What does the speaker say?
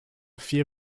vier